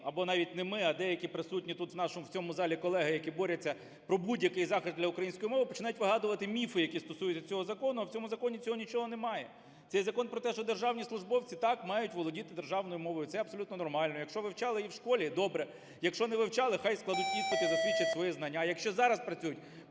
або навіть не ми, а деякі присутні тут, в цьому залі, колеги, які борються про будь-який захист для української мови, починають вигадувати міфи, які стосуються цього закону, а в цьому законі цього нічого немає. Цей закон про те, що державні службовці – так, мають володіти державною мовою, це абсолютно нормально. Якщо вивчали її в школі – добре. Якщо не вивчали – хай складуть іспити, засвідчать свої знання. Якщо зараз працюють